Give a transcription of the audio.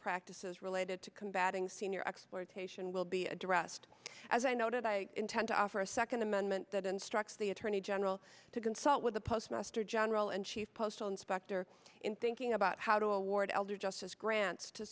practices related to combating senior exploitation will be addressed as i noted i intend to offer a second amendment that instructs the attorney general to consult with the postmaster general and chief postal inspector in thinking about how to award elder justice grants to